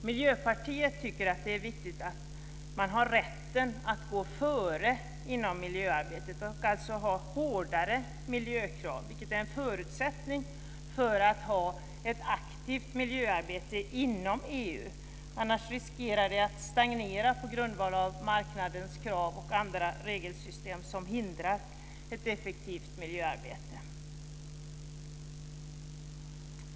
Miljöpartiet tycker att det är viktigt att man har rätten att gå före inom miljöarbetet och alltså ha hårdare miljökrav, vilket är en förutsättning för att ha ett aktivt miljöarbete inom EU. Annars riskerar vi att stagnera på grundval av marknadens krav och andra regelsystem som hindrar ett effektivt miljöarbete.